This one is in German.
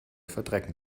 verdrecken